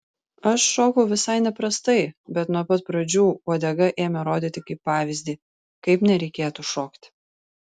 aš šokau visai neprastai bet nuo pat pradžių uodega ėmė rodyti kaip pavyzdį kaip nereikėtų šokti